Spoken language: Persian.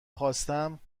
خواستم